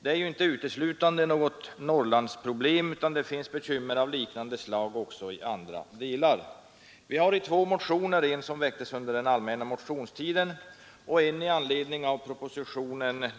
Det är ju inte uteslutande något Norrlandsproblem, utan det finns bekymmer av liknande slag också i andra delar. Vi har i två motioner — en som väcktes under den allmänna motionstiden och en i anledning av propositionen